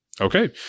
Okay